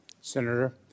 Senator